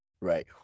Right